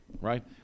right